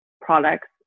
products